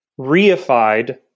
reified